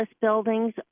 buildings